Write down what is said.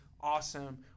awesome